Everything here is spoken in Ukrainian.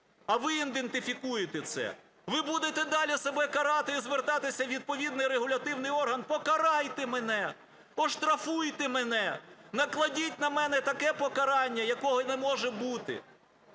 а ви ідентифікуєте це, ви будете далі себе карати і звертатися у відповідний регулятивний орган: покарайте мене, оштрафуйте мене, накладіть на мене таке покарання, якого не може бути?